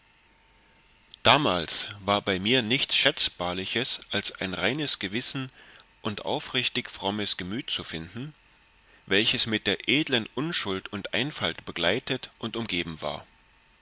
damals war bei mir nichts schätzbarliches als ein reines gewissen und aufrichtig frommes gemüt zu finden welches mit der edlen unschuld und einfalt begleitet und umgeben war